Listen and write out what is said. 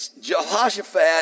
Jehoshaphat